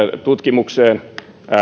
tutkimukseen